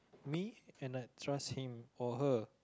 me and I trust him or her